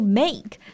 make